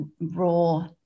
raw